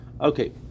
Okay